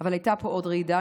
אבל הייתה פה עוד רעידה,